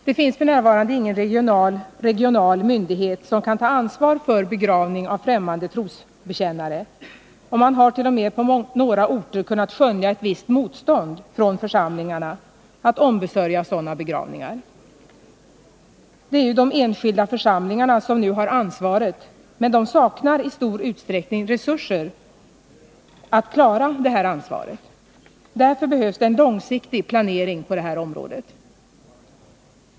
Det finns f. n. ingen regional myndighet som kan ta ansvar för begravning av främmande trosbekännare, och man har t.o.m. på några orter kunnat skönja ett visst motstånd från församlingarna att ombesörja sådana | begravningar. Det är ju de enskilda församlingarna som nu har ansvaret, men de saknar i stor utsträckning resurser att klara detta ansvar. Därför behövs det en långsiktig planering på det här området.